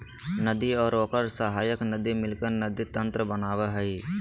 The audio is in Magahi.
नदी और ओकर सहायक नदी मिलकर नदी तंत्र बनावय हइ